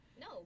No